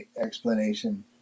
explanation